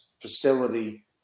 facility